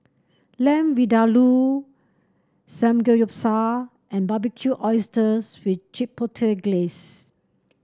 Lamb Vindaloo Samgeyopsal and Barbecued Oysters with Chipotle Glaze